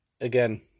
again